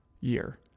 year